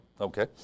Okay